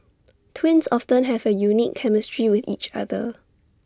twins often have A unique chemistry with each other